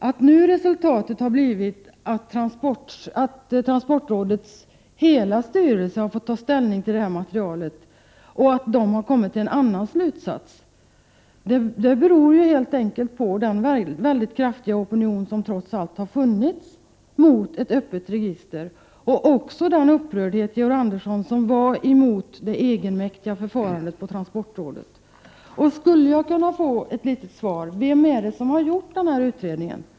Att resultatet nu blivit att transportrådets styrelse i dess helhet när den fått ta ställning till detta material kommit fram till en annan slutsats beror helt enkelt på den mycket kraftiga opinion som har funnits mot ett öppet register och även på den upprördhet, Georg Andersson, som föranleddes av det egenmäktiga förfarandet från transportrådets sida. Skulle jag kunna få ett svar på frågan vem som har gjort denna utredning?